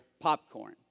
popcorn